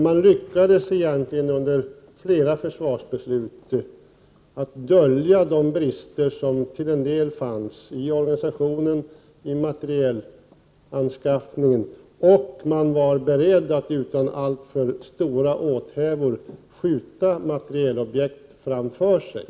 Man lyckades i flera försvarsbeslut dölja de brister som till en del fanns i organisationen, i materielanskaffningen, och man var beredd att utan alltför stora åthävor skjuta materielobjekt framför sig.